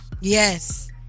Yes